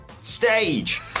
Stage